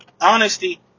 Honesty